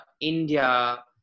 India